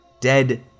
dead